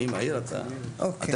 אוקיי.